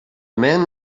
men